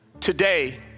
today